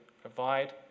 provide